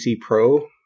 Pro